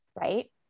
Right